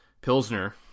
Pilsner